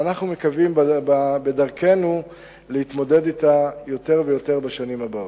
ואנחנו מקווים בדרכנו להתמודד אתה יותר ויותר בשנים הבאות.